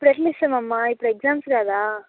ఇప్పుడు ఎట్ల ఇస్తాం అమ్మ ఇప్పుడు ఎగ్జామ్స్ కదా